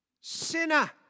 sinner